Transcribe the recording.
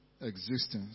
existence